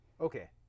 Okay